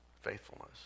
faithfulness